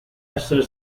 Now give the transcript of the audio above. esser